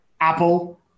Apple